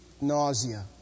nausea